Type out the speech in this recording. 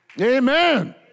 Amen